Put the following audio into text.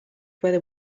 whether